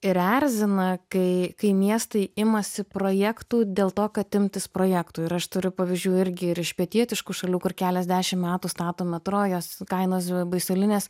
ir erzina kai kai miestai imasi projektų dėl to kad imtis projektų ir aš turiu pavyzdžių irgi ir iš pietietiškų šalių kur keliasdešimt metų stato metro jos kainos baisulinės